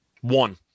One